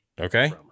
Okay